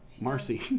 Marcy